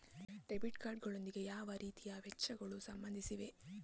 Debit card ಗಳೊಂದಿಗೆ ಯಾವ ರೀತಿಯ ವೆಚ್ಚಗಳು ಸಂಬಂಧಿಸಿವೆ?